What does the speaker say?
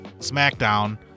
SmackDown